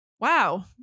wow